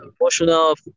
emotional